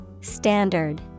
Standard